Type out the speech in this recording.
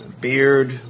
beard